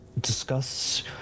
discuss